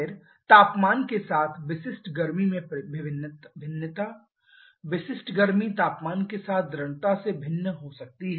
फिर तापमान के साथ विशिष्ट गर्मी में भिन्नता विशिष्ट गर्मी तापमान के साथ दृढ़ता से भिन्न हो सकती है